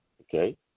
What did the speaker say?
Okay